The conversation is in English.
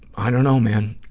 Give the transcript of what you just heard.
i dunno man.